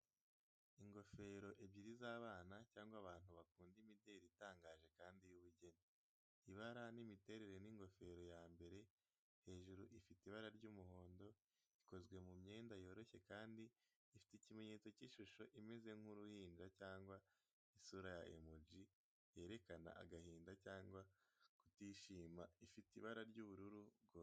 Ingofero ebyiri z’abana cyangwa abantu bakunda imideli itangaje kandi y'ubugeni. Ibara n’imiterere ni ingofero ya mbere hejuru Ifite ibara ry’umuhondo ikozwe mu myenda yoroshye kandi ifite ikimenyetso cy’ishusho imeze nk’uruhinja cyangwa isura ya emoji yerekana agahinda cyangwa kutishima ifite ibara ry’ubururu bworoheje.